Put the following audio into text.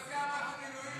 הוא לא יודע מה זה מילואימניק.